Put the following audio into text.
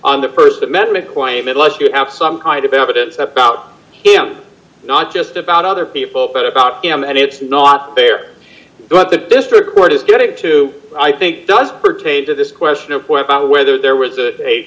on the st amendment claim unless you have some kind of evidence about him not just about other people but about him and it's not fair but the district court is getting to i think does pertain to this question of whether whether there was a